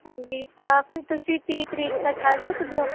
ਹਾਂਜੀ ਤਾਂ ਫਿਰ ਤੁਸੀਂ ਤੀਹ ਤਰੀਕ ਤੱਕ ਕਰ ਸਕਦੇ ਹੋ